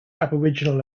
aboriginal